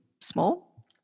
small